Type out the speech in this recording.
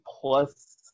plus